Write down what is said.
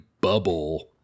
bubble